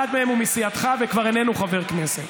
אחד מהם הוא מסיעתך וכבר איננו חבר כנסת,